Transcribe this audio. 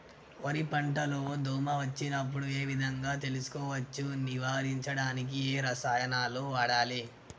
వరి పంట లో దోమ వచ్చినప్పుడు ఏ విధంగా తెలుసుకోవచ్చు? నివారించడానికి ఏ రసాయనాలు వాడాలి?